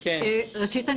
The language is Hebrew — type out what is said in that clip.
ראשית,